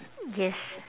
yes